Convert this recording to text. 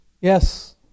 Yes